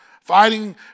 fighting